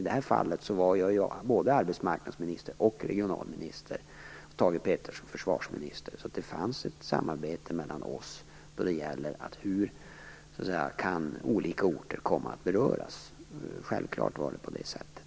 I detta fall var jag både arbetsmarknadsminister och regionalminister, och Thage G Peterson var försvarsminister, och det fanns ett samarbete mellan oss i fråga om på vilket sätt olika orter kunde komma att beröras. Självklart var det på det sättet.